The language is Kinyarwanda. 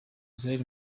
israel